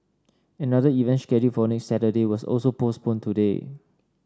another event scheduled for next Saturday was also postponed today